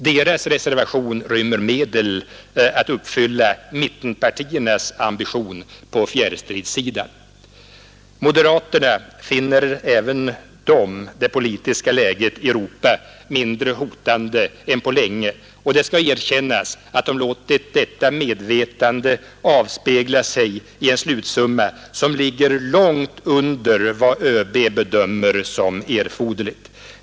Deras reservation rymmer medel att uppfylla mittenpartiernas ambition på fjärrstridssidan. Moderaterna finner även de det politiska läget i Europa mindre hotande än på länge, och det skall erkännas att de låtit detta medvetande avspegla sig i en slutsumma som ligger långt under vad ÖB bedömer som erforderlig.